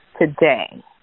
today